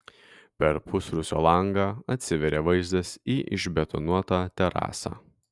per pusrūsio langą atsiveria vaizdas į išbetonuotą terasą